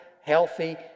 healthy